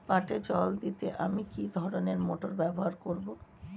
পাটে জল দিতে আমি কি ধরনের মোটর ব্যবহার করব?